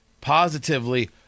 positively